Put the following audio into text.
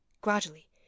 Gradually